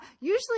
Usually